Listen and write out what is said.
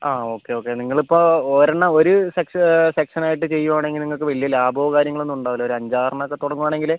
ആ okay okay നിങ്ങൾ ഇപ്പോൾ ഒരെണ്ണം ഒരു സെക്ഷൻ സെക്ഷൻ ആയിട്ട് ചെയ്യുവാണെങ്കിൽ നിങ്ങൾക്ക് വലിയ ലാഭമോ കാര്യങ്ങൾ ഒന്നും ഉണ്ടാവില്ല ഒരു അഞ്ച് ആറ് എണ്ണം ഒക്കെ തുടങ്ങുവാണെങ്കിലേ